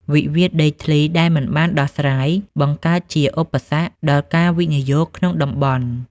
វិវាទដីធ្លីដែលមិនបានដោះស្រាយ បង្កើតជា "ឧបសគ្គ" ដល់ការវិនិយោគក្នុងតំបន់។